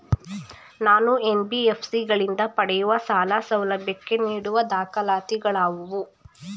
ನಾನು ಎನ್.ಬಿ.ಎಫ್.ಸಿ ಗಳಿಂದ ಪಡೆಯುವ ಸಾಲ ಸೌಲಭ್ಯಕ್ಕೆ ನೀಡುವ ದಾಖಲಾತಿಗಳಾವವು?